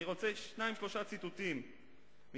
אני רוצה להביא שניים-שלושה ציטוטים מפיו.